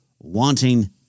wanting